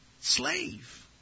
Slave